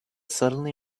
suddenly